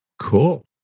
Cool